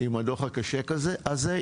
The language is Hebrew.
זה רק מראה עד כמה הדוחות האלה חשובים,